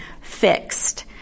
fixed